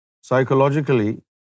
psychologically